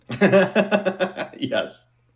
Yes